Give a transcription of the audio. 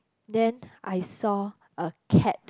then I saw a cat